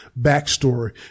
backstory